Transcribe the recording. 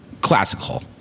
classical